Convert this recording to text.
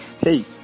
hey